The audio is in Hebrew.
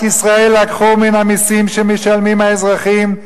ישראל לקחו מן המסים שמשלמים האזרחים,